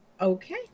okay